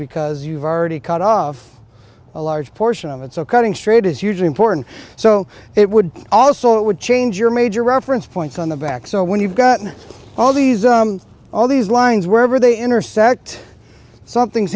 because you've already cut off a large portion of it so cutting straight is usually important so it would also it would change your major reference points on the back so when you've got all these all these lines where are they intersect something's